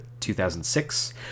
2006